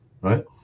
right